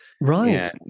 right